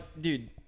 dude